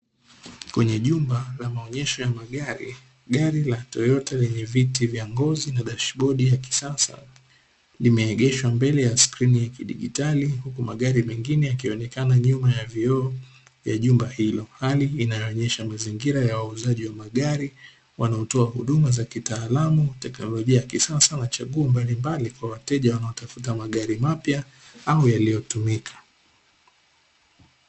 Kwenye jumba la maonyesho ya magari, gari la toyota lenye viti vya ngozi na dashibodi ya kisasa limeegeshwa mbele ya skrini ya kidigitali, huku magari mengine yakionekana nyuma ya vioo vya jumba hilo, hali inayoonyesha mazingira ya wauzaji wa magari wanaotoa huduma za kitaalamu tekinolojia ya kisasa na chaguo mbalimbali kwa wateja wanaotafuta magari mapya au yaliyotumika.